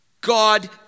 God